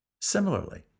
similarly